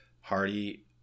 Hardy